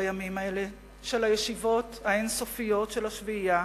בימים האלה של הישיבות האין-סופיות של השביעייה,